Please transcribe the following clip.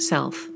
Self